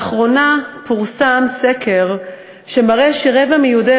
לאחרונה פורסם סקר שמראה שרבע מיהודי